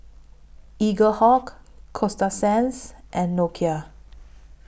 Eaglehawk Coasta Sands and Nokia